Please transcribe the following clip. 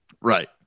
Right